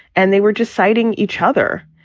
and they were just citing each other.